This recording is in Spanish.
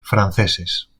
franceses